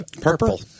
Purple